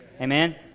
Amen